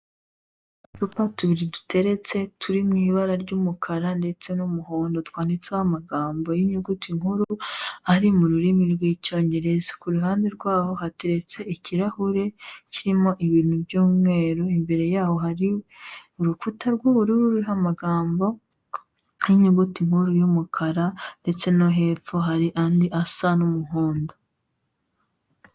Uducupa tubiri duteretse turi mu ibara ry'umukara ndetse n'umuhondo, twanditseho amagambo y'inyuguti nkuru ari mu rurimi rw'icyongereza. Ku ruhande rw'aho hateretse ikirahuri kirimo ibintu by'umweru, imbere y'aho hari urukuta rw'ubururu ruriho amagambo y'inyuguti nkuru y'umukara, ndetse no hepfo hari andi asa n'umuhondo.